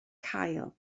cael